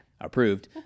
approved